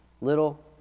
Little